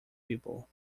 people